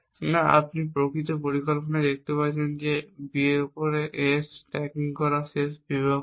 না আপনি প্রকৃত পরিকল্পনায় দেখতে পাচ্ছেন যে এটি B এর উপর A স্ট্যাকিং করা শেষ বিভাগ হবে